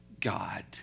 God